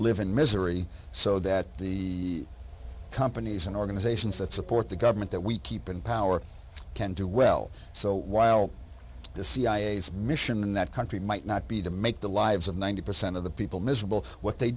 live in misery so that the companies and organizations that support the government that we keep in power can do well so while the cia's mission in that country might not be to make the lives of ninety percent of the people miserable what they